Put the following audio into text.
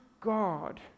God